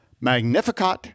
Magnificat